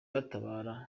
batabara